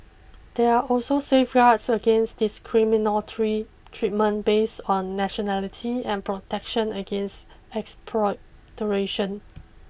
there are also safeguards against discriminatory treatment based on nationality and protection against expropriation